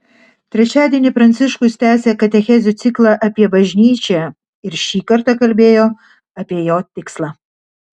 trečiadienį pranciškus tęsė katechezių ciklą apie bažnyčią ir šį kartą kalbėjo apie jo tikslą